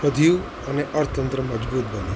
વધ્યું અને અર્થતંત્ર મજબૂત બન્યું